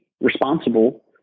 responsible